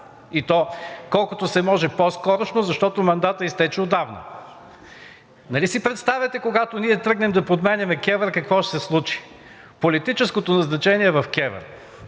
и то колкото се може по-скорошна, защото мандатът изтече отдавна. Нали си представяте, когато ние тръгнем да подменяме КЕВР, какво ще се случи? Политическото значение е в КЕВР.